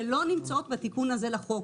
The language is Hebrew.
שלא נמצאות בתיקון הזה לחוק,